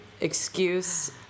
excuse